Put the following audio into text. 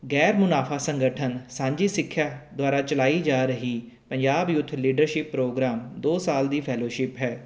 ਗੈਰ ਮੁਨਾਫਾ ਸੰਗਠਨ ਸਾਂਝੀ ਸਿੱਖਿਆ ਦੁਆਰਾ ਚਲਾਈ ਜਾ ਰਹੀ ਪੰਜਾਬ ਯੂਥ ਲੀਡਰਸ਼ਿਪ ਪ੍ਰੋਗਰਾਮ ਦੋ ਸਾਲ ਦੀ ਫੈਲੋਸ਼ਿਪ ਹੈ